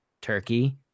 Turkey